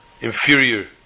inferior